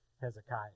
Hezekiah